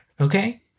Okay